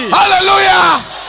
hallelujah